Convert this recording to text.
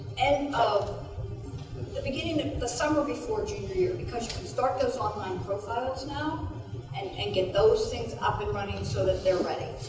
end of the beginning of the summer before junior year because you can start those online profiles now and and get those things up and running so that they're ready.